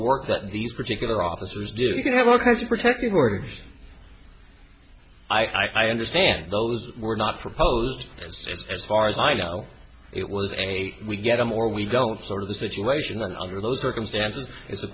work that these particular officers do you can have all kinds of protective orders i understand those were not proposed as far as i know it was a we get them or we go for the situation under those circumstances i